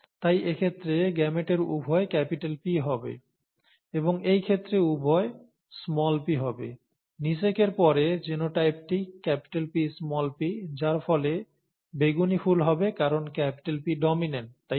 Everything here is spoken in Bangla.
তাই এক্ষেত্রে গেমেটের উভয় P হবে এবং এই ক্ষেত্রে উভয় p হবে নিষেকের পরে জিনোটাইপটি Pp যার ফলে বেগুনি ফুল হবে কারণ P ডমিন্যান্ট তাই না